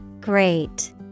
Great